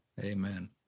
Amen